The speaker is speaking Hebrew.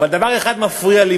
אבל דבר אחד מפריע לי,